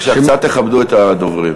אנא כבדו את הדוברים.